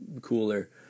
cooler